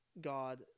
God